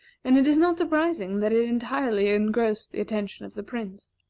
and it is not surprising that it entirely engrossed the attention of the prince.